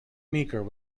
meeker